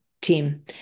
team